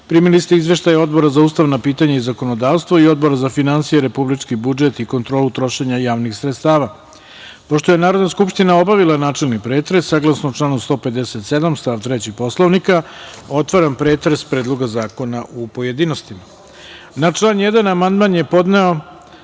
ste izveštaje Odbora za ustavna pitanja i zakonodavstvo i Odbora za finansije, republički budžet i kontrolu trošenja javnih sredstava. Pošto je Narodna skupština obavila načelni pretres, saglasno članu 157. stav 3. Poslovnika Narodne skupštine, otvaram pretres Predloga zakona u pojedinostima. Na član 5. amandman je podneo